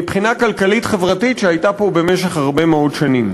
מבחינה כלכלית-חברתית, מזה הרבה מאוד שנים.